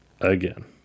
Again